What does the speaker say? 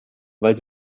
weil